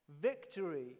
victory